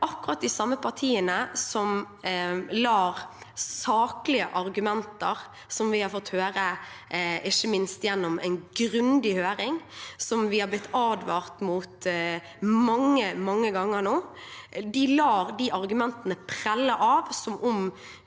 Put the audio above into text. Det er fordi akkurat de samme partiene lar saklige argumenter som vi har fått høre, ikke minst gjennom en grundig høring, som vi har blitt advart mot mange, mange ganger nå, prelle av som om